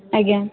ଆଜ୍ଞା